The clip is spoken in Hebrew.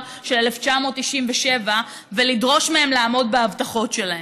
של 1997 ולדרוש מהם לעמוד בהבטחות שלהם?